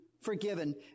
forgiven